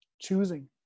choosing